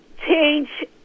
change